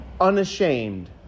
unashamed